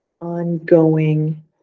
ongoing